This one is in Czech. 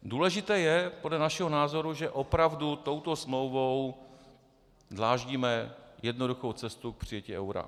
Důležité je podle našeho názoru, že opravdu touto smlouvou dláždíme jednoduchou cestu k přijetí eura.